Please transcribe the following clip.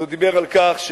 הוא דיבר על כך,